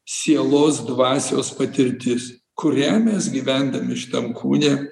sielos dvasios patirtis kurią mes gyvendami šitam kūne